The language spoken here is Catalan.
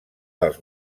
dels